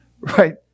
Right